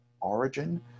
origin